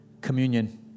Communion